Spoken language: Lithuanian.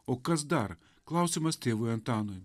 o kas dar klausimas tėvui antanui